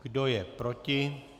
Kdo je proti?